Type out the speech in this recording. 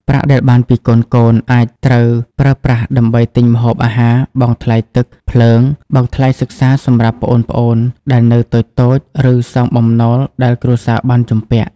ប្រាក់ដែលបានពីកូនៗអាចត្រូវប្រើប្រាស់ដើម្បីទិញម្ហូបអាហារ បង់ថ្លៃទឹក ភ្លើង បង់ថ្លៃសិក្សាសម្រាប់ប្អូនៗដែលនៅតូចៗ ឬសងបំណុលដែលគ្រួសារបានជំពាក់។